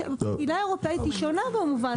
בתקינה האירופאית שונה במובן הזה.